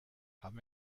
haben